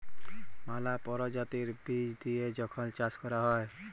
ম্যালা পরজাতির বীজ দিঁয়ে যখল চাষ ক্যরা হ্যয়